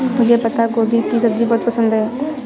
मुझे पत्ता गोभी की सब्जी बहुत पसंद है